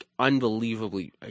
unbelievably